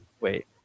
Wait